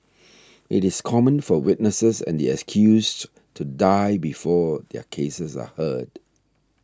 it is common for witnesses and the accused to die before their cases are heard